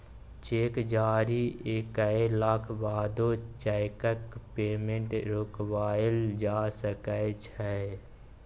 cheque जारी कएलाक बादो चैकक पेमेंट रोकबाएल जा सकै छै